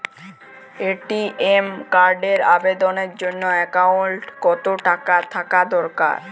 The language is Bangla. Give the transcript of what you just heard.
এ.টি.এম কার্ডের আবেদনের জন্য অ্যাকাউন্টে কতো টাকা থাকা দরকার?